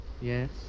yes